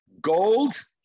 Gold